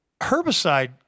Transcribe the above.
herbicide